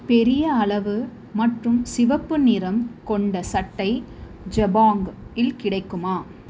பெரிய அளவு மற்றும் சிவப்பு நிறம் கொண்ட சட்டை ஜபாங் இல் கிடைக்குமா